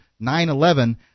9-11